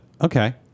okay